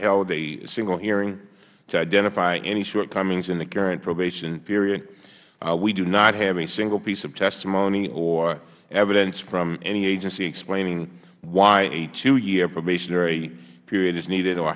held a single hearing to identify any shortcomings in the current probationary period we do not have a single piece of testimony or evidence from any agency explaining why a two year probationary period is needed or